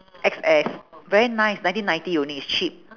X_S very nice nineteen ninety only it's cheap